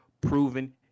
proven